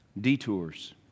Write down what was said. Detours